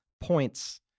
points